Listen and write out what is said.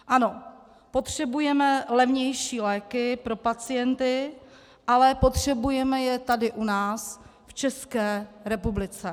Ano, potřebujeme levnější léky pro pacienty, ale potřebujeme je tady u nás v České republice.